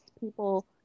people